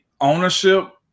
ownership